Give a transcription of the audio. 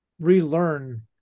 relearn